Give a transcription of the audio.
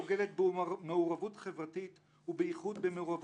חלקן אפילו עילות שמונעות מחבר כנסת להתמודד לכנסת כאשר עוברים עליהן.